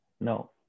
no